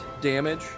damage